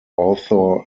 author